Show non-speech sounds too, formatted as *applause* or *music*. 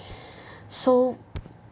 *breath* so